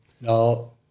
No